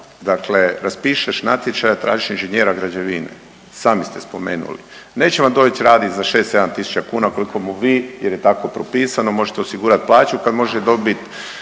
Dakle, raspišeš natječaj, a tražiš inženjera građevine, sami ste spomenuli. Neće vam doći raditi za 6-7 tisuća kuna koliko mu vi jer je tako propisano možete osigurati plaću kad može dobiti